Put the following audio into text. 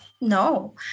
no